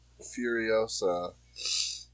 Furiosa